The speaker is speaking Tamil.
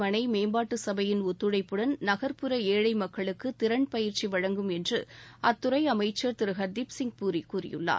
மனை மேம்பாட்டு சபையின் ஒத்துழைப்புடன் நகர்ப்புற ஏழை மக்களுக்கு திறன் பயிற்சி வழங்கும் என்று அத்துறை அமைச்சர் திரு ஹர்தீப்சிங் பூரி கூறியுள்ளார்